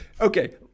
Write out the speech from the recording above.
okay